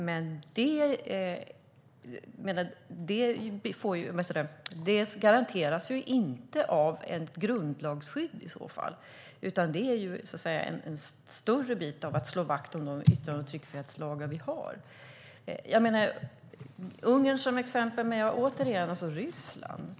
Men det kan inte garanteras genom ett grundlagsskydd utan måste ske genom att slå vakt om de yttrande och tryckfrihetslagar vi har. Niclas Malmberg tar upp Ungern som exempel. Men se på Ryssland!